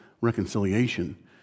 reconciliation